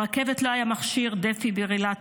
ברכבת לא היה מכשיר דפיברילטור,